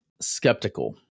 skeptical